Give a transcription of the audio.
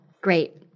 Great